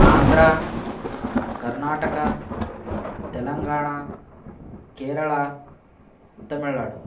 Andhra Karnataka Telangana Kerala Tamil Nadu